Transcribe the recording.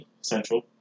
Central